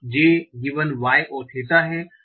y और theta है